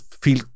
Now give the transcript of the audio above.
feel